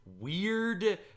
weird